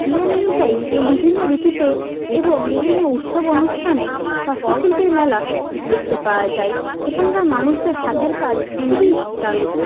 নিয়ম অনুযায়ী বিভিন্ন ঋতুতে এবং বিভিন্ন উৎসব অনুষ্ঠানে হস্তশিল্পের মেলা দেখতে পাওয়া যায় এখানকার মানুষদের হাতের কাজ খুবই দারুণ